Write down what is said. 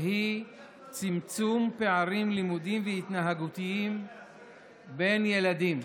והיא צמצום פערים לימודיים והתנהגותיים בין ילדים.